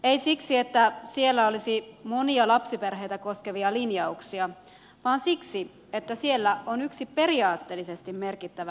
ei siksi että siellä olisi monia lapsiperheitä koskevia linjauksia vaan siksi että siellä on yksi periaatteellisesti merkittävä linjaus